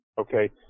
okay